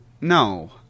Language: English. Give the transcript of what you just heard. no